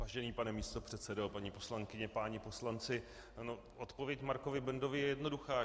Vážený pane místopředsedo, paní poslankyně, páni poslanci, odpověď Markovi Bendovi je jednoduchá.